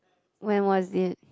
when was it